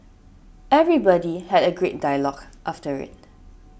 everybody had a great dialogue after it